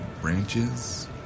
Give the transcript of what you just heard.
branches